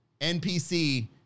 NPC